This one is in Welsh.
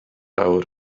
awr